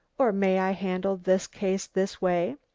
or may i handle this case this way?